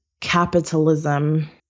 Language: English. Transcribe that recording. capitalism